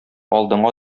алдыңа